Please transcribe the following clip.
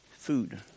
Food